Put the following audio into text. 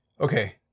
okay